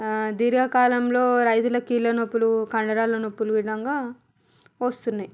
దీర్ఘకాలంలో రైతులకు కీళ్ళ నొప్పులు కండరాల నొప్పులు ఈ విధంగా వస్తున్నాయి